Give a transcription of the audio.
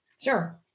Sure